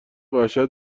وحشت